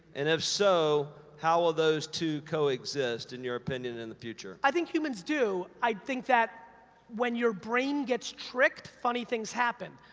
and if so, how will those two coexist, in your opinion, in the future? i think humans do. i think that when your brains get tricked, funny things happen,